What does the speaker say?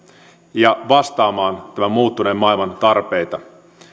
ja vastaamaan tämän muuttuneen maailman tarpeita